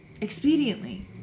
expediently